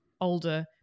older